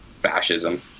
fascism